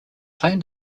claim